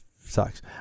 sucks